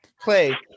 play